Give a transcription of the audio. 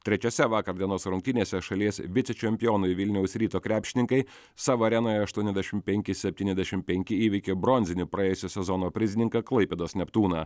trečiose vakar dienos rungtynėse šalies vicečempionai vilniaus ryto krepšininkai savo arenoje aštuoniasdešim penki septyniasdešim penki įveikė bronzinį praėjusio sezono prizininką klaipėdos neptūną